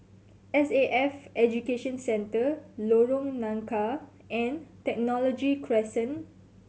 S A F Education Centre Lorong Nangka and Technology Crescent